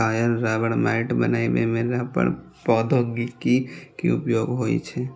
tyre, रबड़ mat बनबै मे रबड़ प्रौद्योगिकी के उपयोग होइ छै